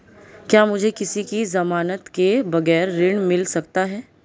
क्या मुझे किसी की ज़मानत के बगैर ऋण मिल सकता है?